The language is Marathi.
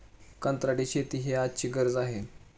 कंत्राटी शेती ही आजची गरज आहे